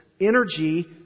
energy